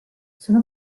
sono